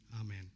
Amen